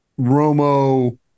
Romo